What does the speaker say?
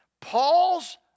Paul's